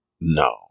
no